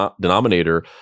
denominator